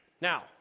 now